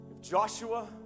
Joshua